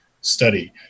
study